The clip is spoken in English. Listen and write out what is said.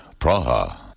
Praha